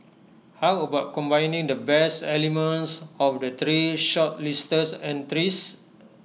how about combining the best elements of the three shortlisted entries